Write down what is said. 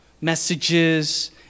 messages